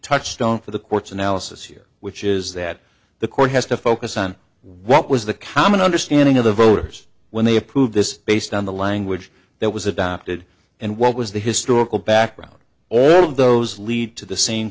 touchstone for the court's analysis here which is that the court has to focus on what was the common understanding of the voters when they approved this based on the language that was adopted and what was the historical background all of those lead to the same